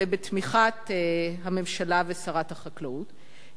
בתמיכת הממשלה ושרת החקלאות,